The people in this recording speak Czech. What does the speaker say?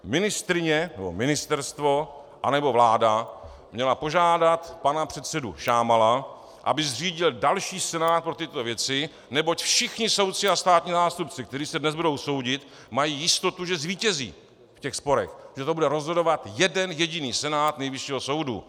Ministryně nebo ministerstvo, anebo vláda měla požádat pana předsedu Šámala, aby zřídil další senát pro tyto věci, neboť všichni soudci a státní zástupci, kteří se dnes budou soudit, mají jistotu, že zvítězí v těch sporech, že to bude rozhodovat jeden jediný senát Nejvyššího soudu.